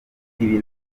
bikaba